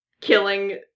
killing